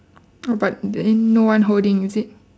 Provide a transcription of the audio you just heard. oh but then no one holding is it